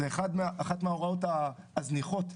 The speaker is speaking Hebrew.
זו אחת מההוראות הכי זניחות.